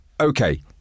okay